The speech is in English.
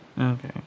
Okay